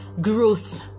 growth